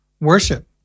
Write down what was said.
worship